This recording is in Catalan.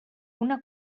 una